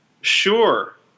Sure